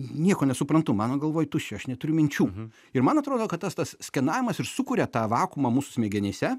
nieko nesuprantu mano galvoj tuščia aš neturiu minčių ir man atrodo kad tas tas skenavimas ir sukuria tą vakuumą mūsų smegenyse